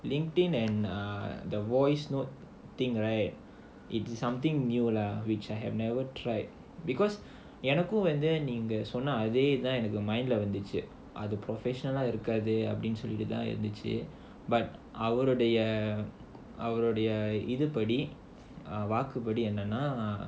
LinkedIn and err the voice note thing right it's something new lah which I have never tried because எனக்கும் வந்து நீங்க சொன்ன அதே இது தான்:enakkum vandhu neenga sonna adhae idhu thaan mind leh வந்துச்சு அப்டினு சொல்லிட்டுதான் இருந்துச்சு அவருடைய இதுபடி அவருடைய வாக்குப்படி என்னனா:vandhuchu apdinu sollituthaan irunthuchu avarudaiya idhupadi avarudaiya vaakupadi ennanaa